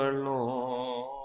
long